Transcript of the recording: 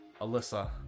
Alyssa